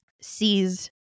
sees